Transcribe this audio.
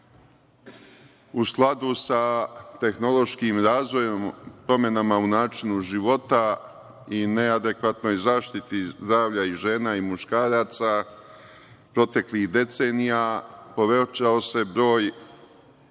u skladu sa tehnološkim razvojem, promenama u načinu života i neadekvatnoj zaštiti zdravlja i žena i muškaraca, proteklih decenija povećao se broj